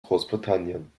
großbritannien